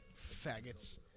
Faggots